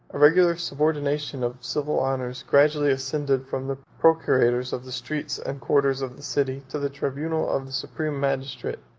a regular subordination of civil honors gradually ascended from the procurators of the streets and quarters of the city, to the tribunal of the supreme magistrate,